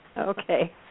okay